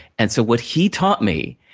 and so, what he taught me,